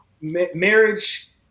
marriage